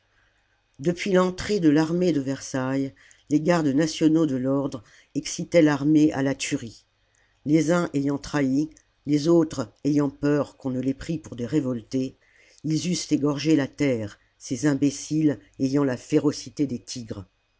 depuis l'entrée de l'armée de versailles les gardes nationaux de l'ordre excitaient l'armée à la tuerie les uns ayant trahi les autres ayant peur qu'on ne les prît pour des révoltés ils eussent égorgé la terre ces imbéciles ayant la férocité des tigres